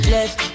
Left